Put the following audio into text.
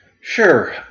sure